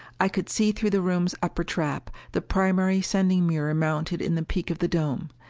i could see, through the room's upper trap, the primary sending mirror mounted in the peak of the dome.